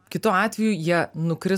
kitu atveju jie nukris